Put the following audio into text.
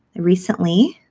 recently,